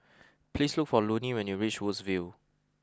please look for Loney when you reach Woodsville